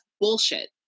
bullshit